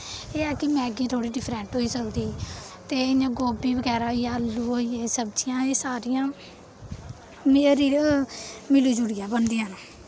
एह् ऐ कि मैग्गी थोह्ड़ी डिफरैंट होई सकदी ते इ'यां गोभी बगैरा होई गेआ आलू होई गे सब्जियां एह् सारियां मेरी मिली जुलियै बनदियां न